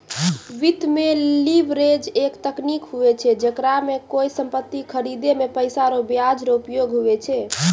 वित्त मे लीवरेज एक तकनीक हुवै छै जेकरा मे कोय सम्पति खरीदे मे पैसा रो ब्याज रो उपयोग हुवै छै